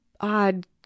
odd